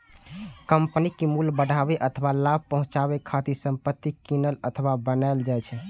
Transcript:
कंपनीक मूल्य बढ़ाबै अथवा लाभ पहुंचाबै खातिर संपत्ति कीनल अथवा बनाएल जाइ छै